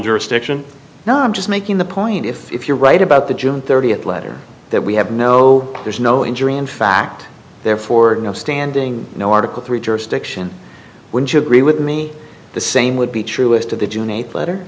jurisdiction now i'm just making the point if if you're right about the june thirtieth letter that we have no there is no injury in fact therefore no standing no article three jurisdiction would you agree with me the same would be true as to the june eighth letter